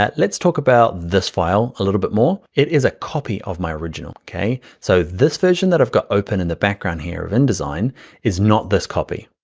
lets talk about this file a little bit more. it is a copy of my original, okay? so this version that i've got open in the background here of indesign is not this copy,